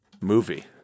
movie